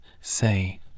say